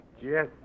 Yes